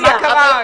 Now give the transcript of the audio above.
מה קרה?